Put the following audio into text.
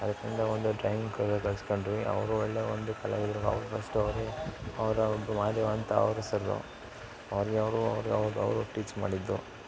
ಅದರಿಂದ ಒಂದು ಡ್ರಾಯಿಂಗ್ ಗಳಿಸ್ಕೊಂಡ್ವಿ ಅವರು ಒಳ್ಳೆ ಒಂದು ಕಲಾವಿದರು ಅವ್ರು ಬೆಸ್ಟು ಅವರೇ ಅವರ ಒಂದು ಮಹಾದೇವ ಅಂತ ಅವ್ರ ಸರ್ರು ಅವ್ರಿಗೆ ಅವರು ಅವ್ರ್ಗೆ ಅವ್ರು ಅವರು ಟೀಚ್ ಮಾಡಿದ್ದು